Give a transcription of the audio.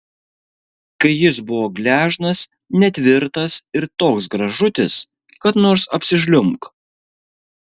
kai jis buvo gležnas netvirtas ir toks gražutis kad nors apsižliumbk